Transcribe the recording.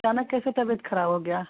अचानक कैसे तबीयत ख़राब हो गई